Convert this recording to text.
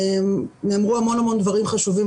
נאמרו הרבה דברים חשובים.